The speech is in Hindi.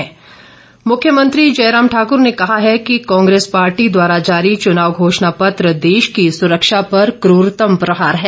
जयराम मुख्यमंत्री जयराम ठाक्र ने कहा है कि कांग्रेस पार्टी द्वारा जारी चुनाव घोषणापत्र देश की सुरक्षा पर क्ररतम प्रहार है